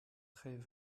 treiñ